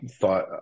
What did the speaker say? thought